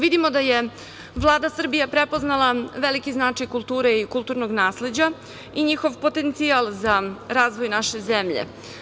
Vidimo da je Vlada Srbije prepoznala veliki značaj kulture i kulturnog nasleđa i njihov potencijal za razvoj naše zemlje.